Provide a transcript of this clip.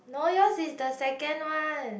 no yours is the second one